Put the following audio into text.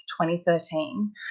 2013